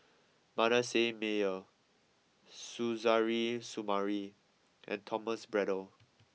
Manasseh Meyer Suzairhe Sumari and Thomas Braddell